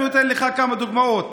אני נותן לך כמה דוגמאות.